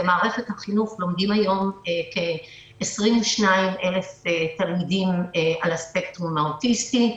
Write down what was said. במערכת החינוך לומדים היום כ-22,000 תלמידים על הספקטרום האוטיסטי,